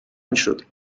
میشد